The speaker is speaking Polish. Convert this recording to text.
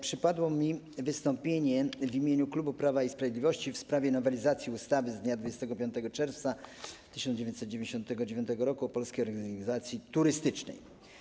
Przypadło mi w udziale wystąpienie w imieniu klubu Prawa i Sprawiedliwości w sprawie nowelizacji ustawy z dnia 25 czerwca 1999 r. o Polskiej Organizacji Turystycznej.